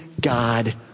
God